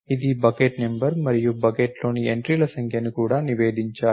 ఇది bucket number మరియు బకెట్లోని ఎంట్రీల సంఖ్యను కూడా నివేదించాలి